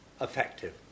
effective